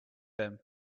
him